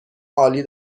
عالی